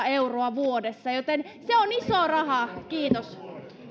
euroa vuodessa joten se on iso raha kiitos